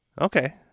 okay